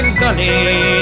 gully